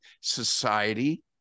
society